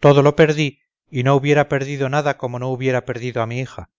todo lo perdí y no hubiera perdido nada como no hubiera perdido a mi hija